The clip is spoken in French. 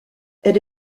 elle